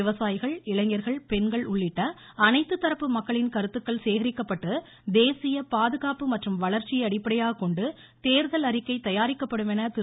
விவசாயிகள் இளைஞர்கள் பெண்கள் உள்ளிட்ட அனைத்துதரப்பு மக்களின் கருத்துக்கள் சேகரிக்கப்பட்டு தேசிய பாதுகாப்பு மற்றும் வளர்ச்சியை அடிப்படையாகக்கொண்டு தேர்தல் அறிக்கை தயாரிக்கப்படும் என திரு